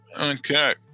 okay